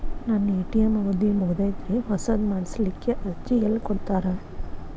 ನನ್ನ ಎ.ಟಿ.ಎಂ ಅವಧಿ ಮುಗದೈತ್ರಿ ಹೊಸದು ಮಾಡಸಲಿಕ್ಕೆ ಅರ್ಜಿ ಎಲ್ಲ ಕೊಡತಾರ?